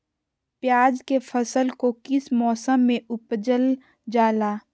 प्याज के फसल को किस मौसम में उपजल जाला?